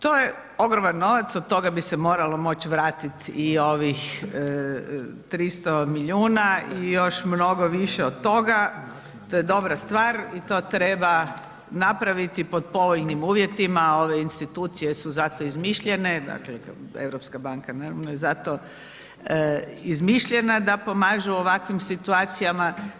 To je ogroman novac, od toga bi se moralo moći vratiti i ovih 300 milijuna i još mnogo više od toga, to je dobra stvar i to treba napraviti pod povoljnim uvjetima, ove institucije su zato izmišljene, dakle Europska banka naravno je zato izmišljena da pomažu u ovakvim situacijama.